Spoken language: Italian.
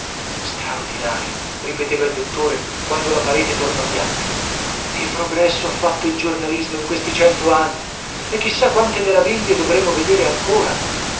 straordinario ripeteva il dottore quando la parete tornò bianca che progresso ha fatto il giornalismo in questi cento anni e chissà quante meraviglie dovremo vedere ancora